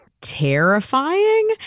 terrifying